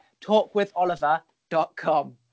Talkwitholiver.com